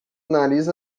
nariz